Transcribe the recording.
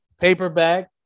paperback